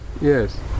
Yes